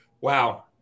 Wow